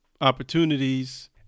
opportunities